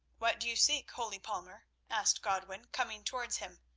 what do you seek, holy palmer? asked godwin, coming towards him.